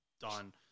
done